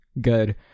good